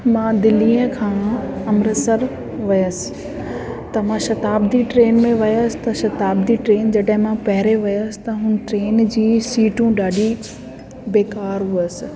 मां दिल्लीअ खां अमृतसर वियसि त मां शताब्दी ट्रेन में वियसि त शताब्दी ट्रेन जॾहिं मां पहिरें वियसि त हू ट्रेन जी सीटूं ॾाढी बेकार हुअसि